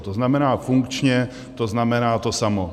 To znamená, funkčně, to znamená, to samo.